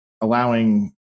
allowing